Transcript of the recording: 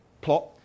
plot